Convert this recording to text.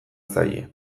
zaie